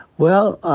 well,